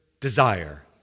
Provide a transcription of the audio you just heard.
desire